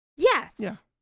Yes